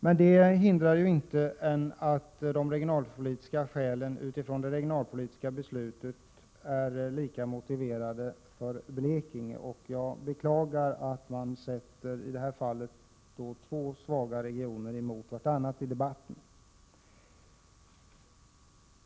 Men det hindrar inte att de regionalpolitiska skälen är lika välgrundade för Blekinge, och jag beklagar att man i det här fallet ställer två svaga regioner mot varandra i debatten.